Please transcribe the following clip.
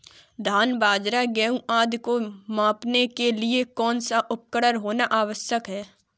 धान बाजरा गेहूँ आदि को मापने के लिए कौन सा उपकरण होना आवश्यक है?